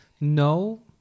No